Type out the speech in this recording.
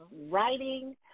writing